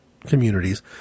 communities